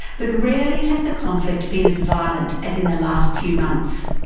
but rarely has the conflict been as violent as in the last few months.